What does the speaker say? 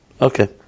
Okay